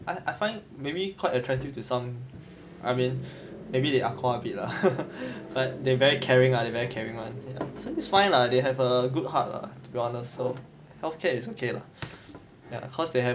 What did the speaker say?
I find maybe quite attractive to some I mean maybe they ah gua a bit lah but they very caring lah they very caring one is fine lah they have a good heart lah to be honest so healthcare is okay lah ya cause they have